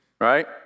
right